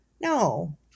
no